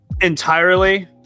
entirely